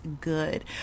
good